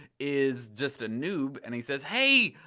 is just a noob, and he says hey!